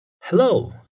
Hello